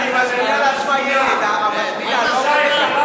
יש דבר כזה בחוק.